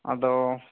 ᱟᱫᱚ